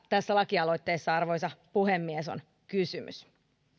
tässä lakialoitteessa arvoisa puhemies on kysymys